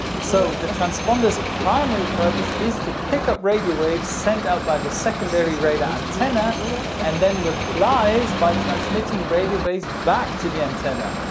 so the transponders primary purpose is to pick up radio waves sent out by the secondary radar antenna and then replies by transmitting radio waves back to the antenna,